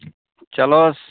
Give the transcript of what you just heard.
چلو حظ